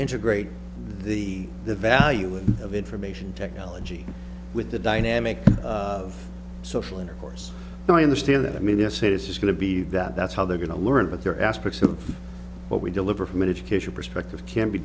integrate the the value of information technology with the dynamic of social intercourse and i understand that i mean yes it is going to be that that's how they're going to learn but there are aspects of what we deliver from an education perspective can be